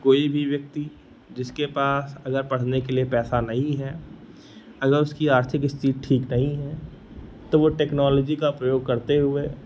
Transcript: कोई भी व्यक्ति जिसके पास अगर पढ़ने के लिए पैसा नहीं है अगर उसकी आर्थिक स्थिति ठीक नहीं है तो वह टेक्नोलॉजी का प्रयोग करते हुए